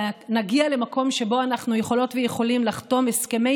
ונגיע למקום שבו אנחנו יכולות ויכולים לחתום הסכמי